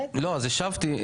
השבתי,